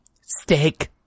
steak